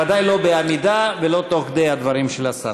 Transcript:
בוודאי לא בעמידה ולא תוך כדי הדברים של השר.